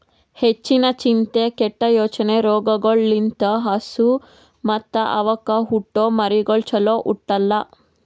ಹೆಚ್ಚಿನ ಚಿಂತೆ, ಕೆಟ್ಟ ಯೋಚನೆ ರೋಗಗೊಳ್ ಲಿಂತ್ ಹಸು ಮತ್ತ್ ಅವಕ್ಕ ಹುಟ್ಟೊ ಮರಿಗಳು ಚೊಲೋ ಹುಟ್ಟಲ್ಲ